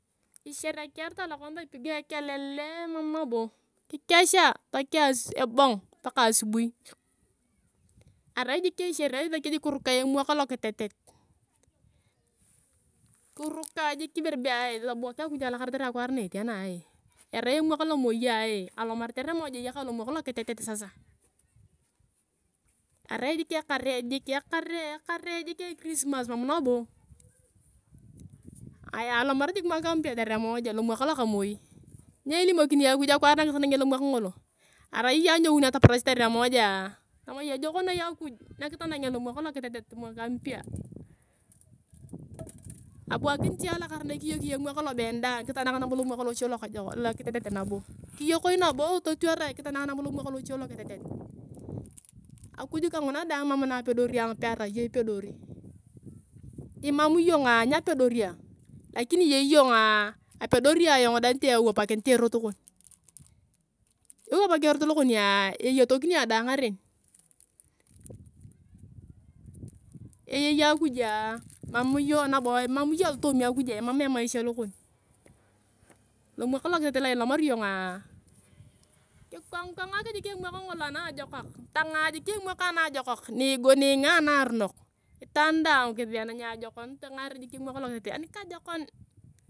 Echerekiaritaw alokanisa ipiyao ekelele mam nabo kukesha tokea ebong paka asibui arai jik eshere esakio jik kirukai emak lokitetet. Kirukai jik ibere bea hee tobuwak akuj alakara ketere akwaar na etia naka. Arai emwak lomoia alomar yare moja eyakae lomak lokitetet sasa. Arai jik ekare jik ekirismas mam nabo. Ayaa atomar jik mwaka mpya lomak lomoi nyo ilimokini iyong anyoun nataparach tarehe moja tama iyong ejok noi akuj kwa nakitanangea lomwak lokitetet mwaka mpya. Abuwakini atakara kwa na kiyokiyo emwak lobeon daang kitanang nabo lomwak loche lokitetet. Akuj kanguna daang mam na apedori yong pe arai iyong ipedori. Imam iyonga nyapedori ayong lakini iyei iyongaa apedori ayong deng niti ewapakinit ayong erot kon. Ewapak ayong erot lokonia eyotokini ayong dae ngaren eyei akujua imam iyong alotoomi akujua emam emaisha lokon. Lomwak lokutetet io ilomari iyonga kikongkongak jik emwak ngolo anajokak tangaa jik emwak anajokak nigol ningaa narunok itaan daang kisiyan niajekon tangare jik emwak lokitetet anikajekon.